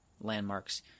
landmarks